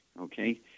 okay